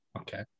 Okay